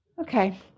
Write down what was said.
okay